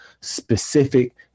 specific